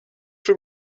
für